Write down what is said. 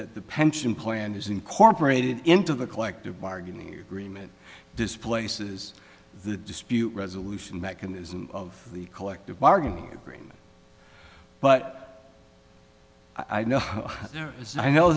that the pension plan is incorporated into the collective bargaining agreement displaces the dispute resolution mechanism of the collective bargaining agreement but i know